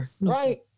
Right